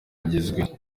yagizwe